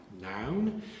noun